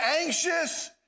anxious